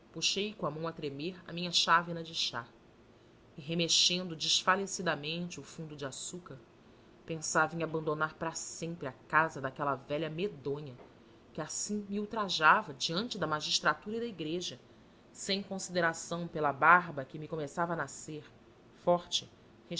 puxei com a mão a tremer a minha chávena de chá e remexendo desfalecidamente o fundo de açúcar pensava em abandonar para sempre a casa daquela velha medonha que assim me ultrajava diante da magistratura e da igreja sem consideração pela barba que me começava a nascer forte